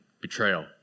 betrayal